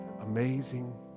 amazing